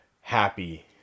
happy